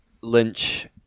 lynch